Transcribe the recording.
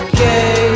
Okay